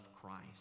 Christ